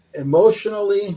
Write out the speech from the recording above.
emotionally